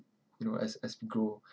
you know as as we grow